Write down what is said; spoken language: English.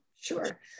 Sure